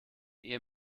ehe